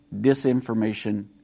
disinformation